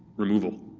removal.